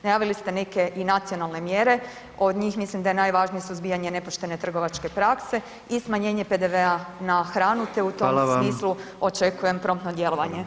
Najavili ste neke i nacionalne mjere, od njih mislim da je najvažnije suzbijanje nepoštene trgovačke prakse i smanjenje PDV-a na hranu te u tom smislu očekujem promptno djelovanje.